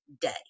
day